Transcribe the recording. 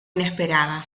inesperada